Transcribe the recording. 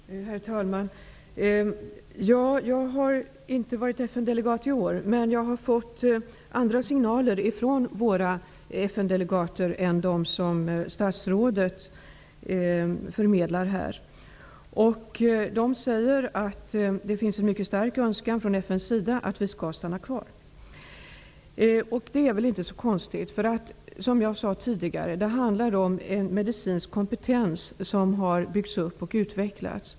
Herr talman! Jag har inte varit FN-delegat i år. Men jag har fått andra signaler från våra FN-delegater än de som statsrådet förmedlar här. Mina kontakter säger att det finns en mycket stark önskan från FN:s sida att Sverige skall stanna kvar. Det är väl inte så konstigt? Det handlar om en medicinsk kompetens som har byggts upp och utvecklats.